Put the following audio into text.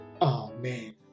Amen